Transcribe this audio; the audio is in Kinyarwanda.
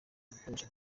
ibikoresho